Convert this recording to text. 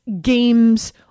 games